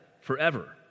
forever